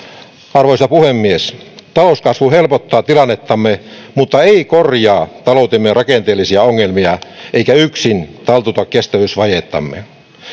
arvoisa puhemies talouskasvu helpottaa tilannettamme mutta ei korjaa taloutemme rakenteellisia ongelmia eikä yksin taltuta kestävyysvajettamme